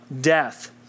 death